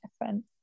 different